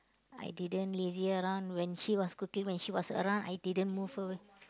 I didn't lazy around when she was cooking when she was around I didn't move her